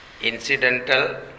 incidental